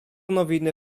nowiny